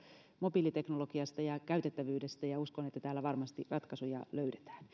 mobiiliteknologiasta ja käytettävyydestä ja uskon että täällä varmasti ratkaisuja löydetään